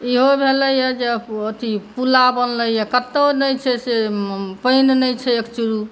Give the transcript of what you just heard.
इहो भेलैए जे अथी पुला बनलै कतहु नहि छै से पानि नहि छै एक चुरू